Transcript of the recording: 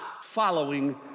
following